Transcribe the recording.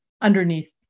underneath